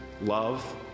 love